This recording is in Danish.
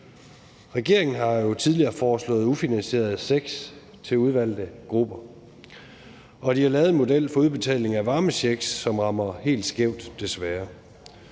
Regeringen har jo tidligere foreslået ufinansierede checks til udvalgte grupper, og de har lavet en model for udbetaling af varmechecks, som rammer helt skævt, desværre.